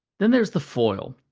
then, there's the foil.